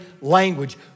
language